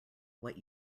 what